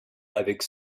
avec